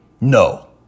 No